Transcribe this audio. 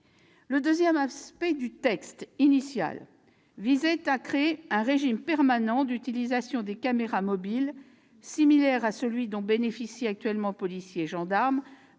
Le deuxième aspect du texte initial visait à créer un régime permanent d'utilisation des caméras mobiles, similaire à celui dont bénéficient actuellement policiers et gendarmes,